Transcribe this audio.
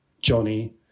Johnny